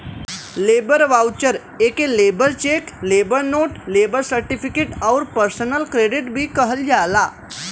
labour voucher एके labour cheque, labour note, labour certificate आउर personal credit भी कहल जाला